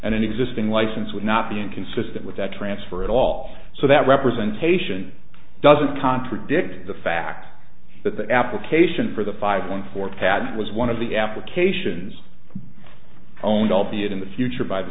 and an existing license would not be inconsistent with that transfer at all so that representation doesn't contradict the fact that the application for the five point four patent was one of the applications owned albeit in the future by the